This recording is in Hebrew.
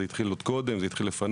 זה התחיל עוד קודם לפניי,